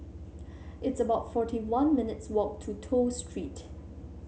it's about forty one minutes' walk to Toh Street